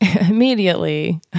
immediately